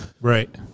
right